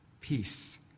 peace